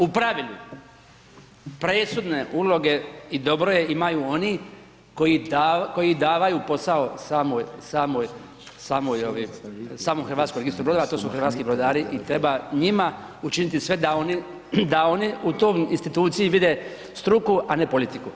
U pravilu presudne uloge i dobro je imaju oni koji davaju posao samoj ovi, samom Hrvatskom registru brodova, a to su hrvatski brodari i treba njima učiniti sve da oni u toj instituciji vide struku, a ne politiku.